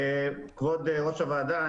כבוד יושב-ראש הוועדה.